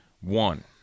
one